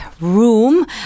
room